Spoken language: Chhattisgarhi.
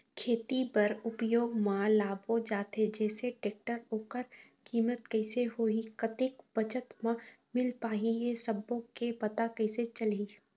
खेती बर उपयोग मा लाबो जाथे जैसे टेक्टर ओकर कीमत कैसे होही कतेक बचत मा मिल पाही ये सब्बो के पता कैसे चलही?